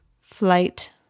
flight